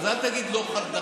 אז אל תגיד לא דחתה.